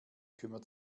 kümmert